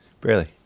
Barely